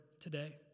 today